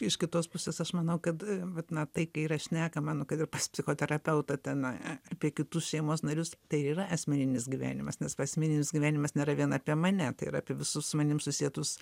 iš kitos pusės aš manau kad vat na tai kai yra šnekama nu kad ir pas psichoterapeutą ten apie kitus šeimos narius tai ir yra asmeninis gyvenimas nes asmeninis gyvenimas nėra vien apie mane tai ir apie visus su manim susietus